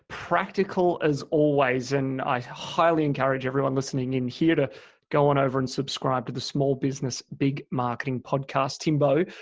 practical, as always. and i highly encourage everyone listening in here to go on over and subscribe to the small business big marketing podcast. timbo,